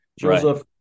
joseph